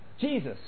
Jesus